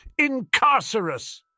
Incarcerus